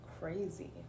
crazy